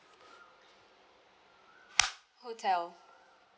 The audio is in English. hotel